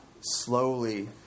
Slowly